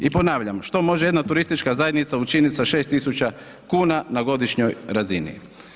I ponavljam, što može jedna turistička zajednica učinit sa 6000 kuna na godišnjoj razini?